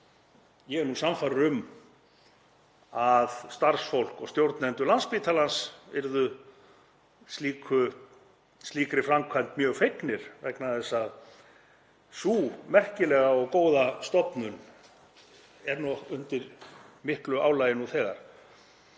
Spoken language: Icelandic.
ég er sannfærður um að starfsfólk og stjórnendur Landspítala yrðu slíkri framkvæmd mjög fegnir vegna þess að sú merkilega og góða stofnun er undir miklu álagi nú þegar.